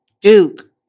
Duke